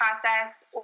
process